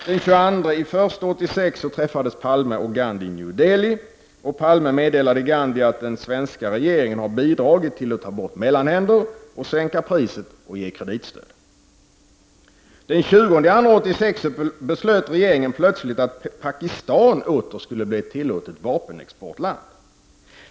Den 22 januari 1986 träffades Palme och Gandhi i New Delhi. Palme meddelade Gandhi att den svenska regeringen hade bidragit till att ta bort mellanhänder, sänka priset och ge kreditstöd. Den 20 februari 1986 beslöt regeringen plötsligt att Pakistan åter skulle bli ett tillåtet vapenexportland.